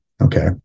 Okay